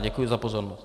Děkuji za pozornost.